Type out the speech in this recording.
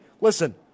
listen